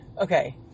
Okay